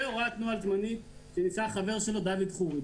זה הוראת שעה זמנית שעשה חבר שלו, דוד חורי.